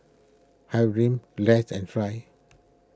Hyrum Less and Try